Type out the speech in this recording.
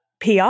PR